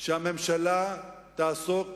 שהממשלה תעסוק